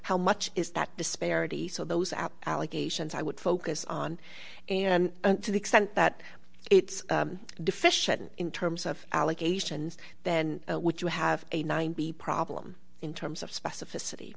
how much is that disparity so those are allegations i would focus on and to the extent that it's deficient in terms of allegations then would you have a ninety problem in terms of specificity